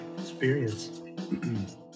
experience